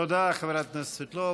תודה, חברת הכנסת סבטלובה.